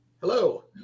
Hello